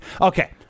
Okay